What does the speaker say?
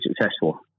successful